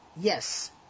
Yes